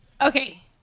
Okay